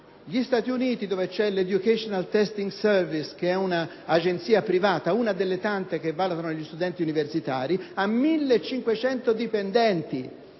negli Stati Uniti, l’Educational Testing Service, che e` un’agenzia privata, una delle tante che valutano gli studenti universitari, dispone di 1.500 dipendenti.